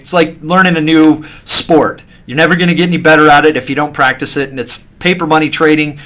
like learning a new sport you're never going to get any better at it if you don't practice it. and it's paper money trading,